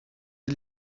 die